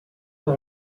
dans